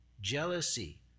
jealousy